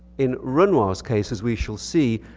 in renoir's case, as we shall see,